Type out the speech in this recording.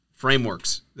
frameworks